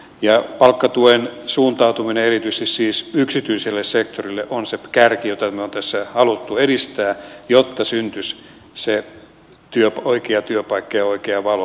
ja palkkatuen suuntautuminen erityisesti siis yksityiselle sektorille on se kärki jota me olemme tässä halunneet edistää jotta syntyisi se oikea työpaikka ja oikea valo